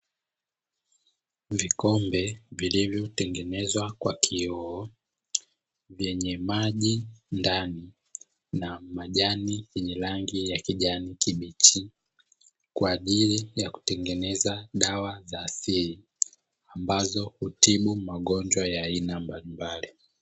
Vikombe vilivyotengenezwa kwa kioo vyenye maji ndani na majani yenye rangi ya kijani kibichi, kwa ajili ya kutengeneza dawa za asili ambazo hutibu magonjwa ya aina mbalimbali.